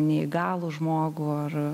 neįgalų žmogų ar